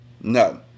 No